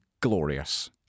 glorious